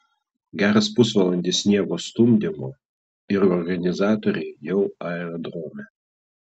geras pusvalandis sniego stumdymo ir organizatoriai jau aerodrome